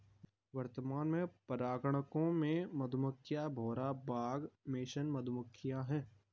वर्तमान में परागणकों में मधुमक्खियां, भौरा, बाग मेसन मधुमक्खियाँ है